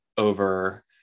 over